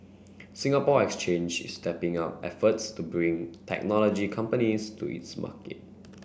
Singapore Exchange is stepping up efforts to bring technology companies to its market